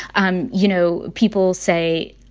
um you know, people say,